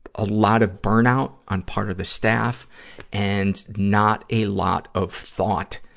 a lot of burnout on part of the staff and not a lot of thought,